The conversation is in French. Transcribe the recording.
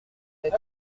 peut